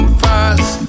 fast